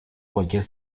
cualquier